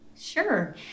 Sure